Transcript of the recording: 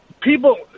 people